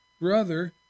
brother